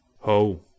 Ho